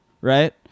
right